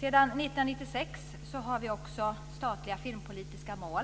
Sedan 1996 har vi statliga filmpolitiska mål.